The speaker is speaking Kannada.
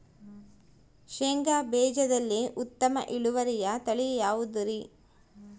ಶೇಂಗಾ ಬೇಜದಲ್ಲಿ ಉತ್ತಮ ಇಳುವರಿಯ ತಳಿ ಯಾವುದುರಿ?